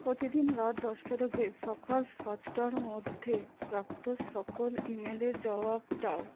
প্রতিদিন রাত দশটা থেকে সকাল সাতটার মধ্যে প্রাপ্ত সকল ইমেলের জবাব দাও